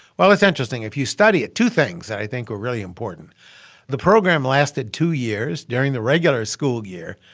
well, it's interesting. if you study it, two things that i think were really important the program lasted two years during the regular school year.